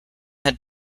had